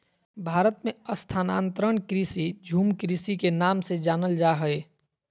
भारत मे स्थानांतरण कृषि, झूम कृषि के नाम से जानल जा हय